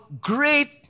great